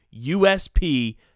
USP